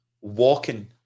walking